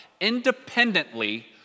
independently